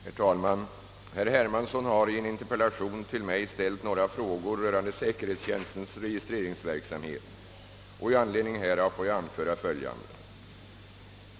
Herr talman! Herr Hermansson har i en interpellation till mig ställt några frågor rörande säkerhetstjänstens registreringsverksamhet. I anledning härav får jag anföra följande.